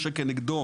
שכנגדו